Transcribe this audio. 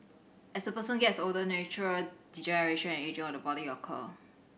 as a person gets older natural degeneration and ageing of the body occur